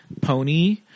pony